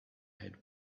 had